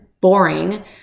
Boring